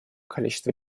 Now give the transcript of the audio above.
количества